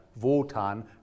Wotan